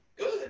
good